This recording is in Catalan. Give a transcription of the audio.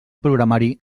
programari